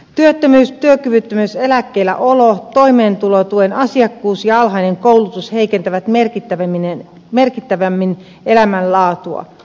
työttömyys työkyvyttömyys eläkkeelläolo toimeentulotuen asiakkuus ja alhainen koulutus heikentävät merkittävimmin elämänlaatua